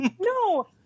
No